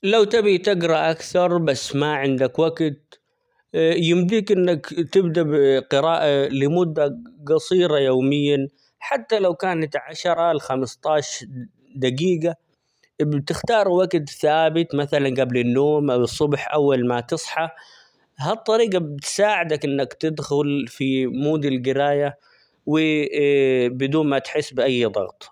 لو تبي تقرأ أكثر بس ما عندك وقت ،يمديك إنك تبدأ بقراءة لمدة -ق- قصيرة يوميًا ،حتى لو كانت عشرة لخمسطاش -د- دقيقة ابتختار وقت ثابت قبل النوم، أو الصبح أول ما تصحى هالطريقة بتساعدك إنك تدخل في مود القراية و بدون ما تحس بأي ضغط.